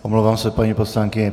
Omlouvám se, paní poslankyně.